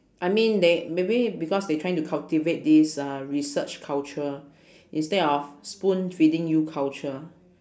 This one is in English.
I mean they maybe because they trying to cultivate this uh research culture instead of spoonfeeding you culture